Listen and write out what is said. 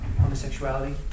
homosexuality